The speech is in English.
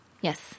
Yes